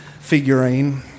figurine